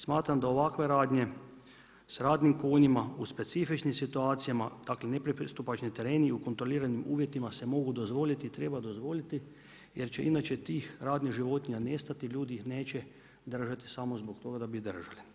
Smatram da ovakve radnje sa radnim konjima u specifičnim situacijama, dakle nepristupačni tereni i u kontroliranim uvjetima se mogu dozvoliti i treba dozvoliti jer će inače tih radnih životinja nestati, ljudi ih neće držati samo zbog toga da bi ih držali.